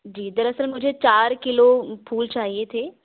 جی دراصل مجھے چار کلو پھول چاہیے تھے